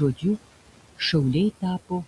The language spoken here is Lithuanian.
žodžiu šauliai tapo